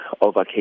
over